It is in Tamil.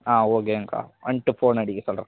ஆ ஓகேங்கக்கா வந்துட்டு ஃபோன் அடிக்க சொல்கிறேன்